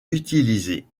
utilisée